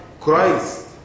Christ